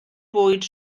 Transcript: bwyd